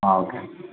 okay